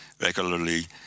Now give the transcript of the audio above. regularly